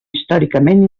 històricament